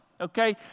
okay